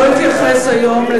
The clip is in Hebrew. להוציא אותו.